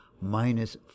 minus